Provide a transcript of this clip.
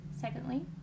Secondly